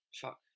fuck